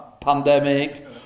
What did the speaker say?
Pandemic